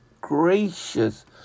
gracious